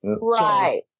Right